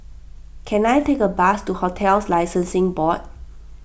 can I take a bus to Hotels Licensing Board